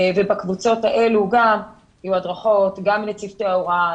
ובקבוצות האלו יהיו גם הדרכות גם לצוותי ההוראה.